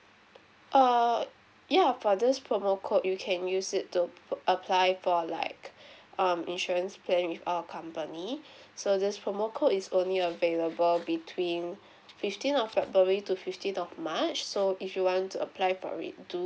err ya for this promo code you can use it to apply for like um insurance plan with our company so this promo code is only available between fifteen of february to fifteenth of march so if you want to apply for it